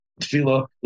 tefillah